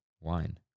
wine